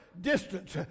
distance